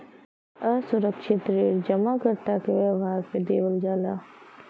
असुरक्षित ऋण जमाकर्ता के व्यवहार पे देवल जाला